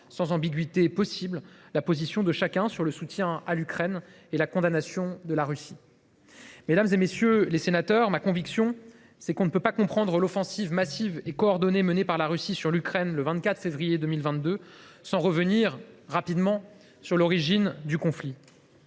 sans ambiguïté possible, la position de chacun sur le soutien à l’Ukraine et sur la condamnation de la Russie. Mesdames, messieurs les sénateurs, ma conviction est que l’on ne peut comprendre l’offensive massive et coordonnée menée par la Russie sur l’Ukraine le 24 février 2022 sans revenir sur les origines du conflit.